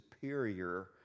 superior